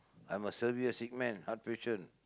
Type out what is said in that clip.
I'm a severe sick man heart patient